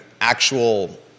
actual